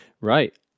right